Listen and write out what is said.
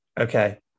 Okay